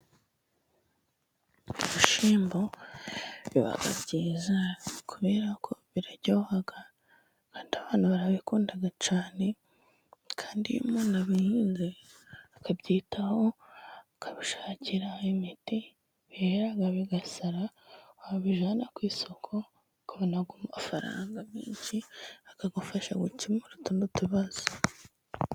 Ibishyimbo biba byiza, kubera ko birarya abantu barabikunda cyane, kandi iyo umuntu abihinze akabyitaho, akabishakira imiti birera bigasara, wabijyana ku isoko bakaguha amafaranga menshi akagufasha gukemura utundi tubazo.